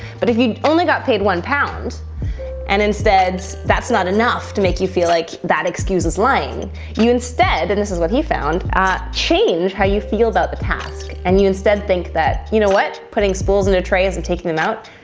but if you only got paid one pound and instead that's not enough to make you feel like that excuse is lying you instead. and this is what he found a change how you feel about the task and you instead think that you know what, what, putting spools in trays and taking them out,